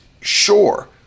sure